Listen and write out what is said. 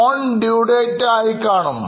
Loan due date ആയിക്കാണും